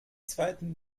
zweiten